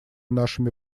нашими